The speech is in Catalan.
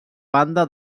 banda